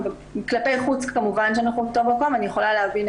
אז שנייה, זה אומר שעדין אין